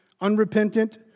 unrepentant